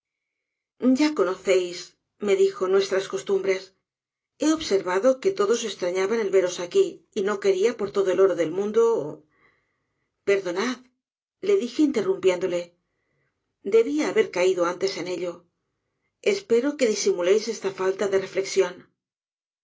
ya conocéis me dijo nuestras costumbres he observado que todos estrañaban el veros aqui y no quisiera por todo el oro del mundo perdonad le dije interrumpiéndole debia haber caido antes en ello espero que disimuléis esla falta de reflexión